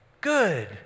good